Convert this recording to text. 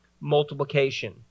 Multiplication